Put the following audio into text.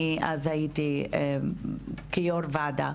אז הייתי יו"ר ועדה.